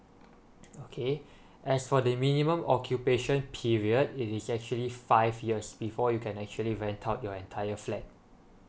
okay as for the minimum occupation period it is actually five years before you can actually rent out your entire flat